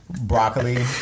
Broccoli